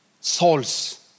souls